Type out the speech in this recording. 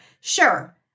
Sure